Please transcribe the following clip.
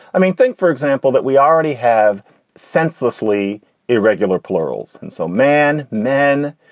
i mean, think, for example, that we already have senselessly irregular plurals. and so man men,